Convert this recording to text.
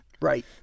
right